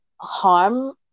harm